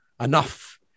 enough